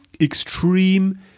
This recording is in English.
extreme